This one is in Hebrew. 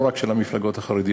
לא רק של המפלגות החרדיות.